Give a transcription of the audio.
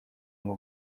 ngo